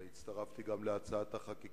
והצטרפתי גם להצעת החוק.